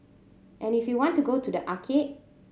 and if you want to go to the arcade